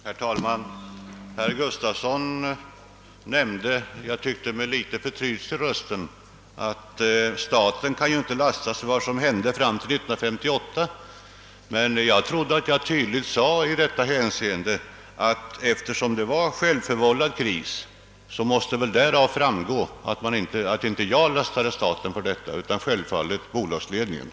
Herr talman! Herr Gustafsson i Uddevalla framhöll, och jag tyckte det var med litet förtrytelse i rösten, att staten inte kan lastas för vad som hänt fram till 1958. Jag trodde att det, eftersom jag angav att det gällde en självförvållad kris, måste framgå att jag inte lastade staten, utan självfallet bolagsledningen.